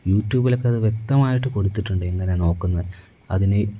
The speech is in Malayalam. യൂറ്റൂബിലൊക്കെ അത് വ്യക്തമായിട്ട് കൊടുത്തിട്ടുണ്ട് എങ്ങനെയാ നോക്കുന്നത് അതിനെ